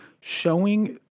showing